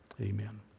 Amen